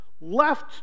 left